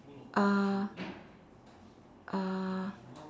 uh uh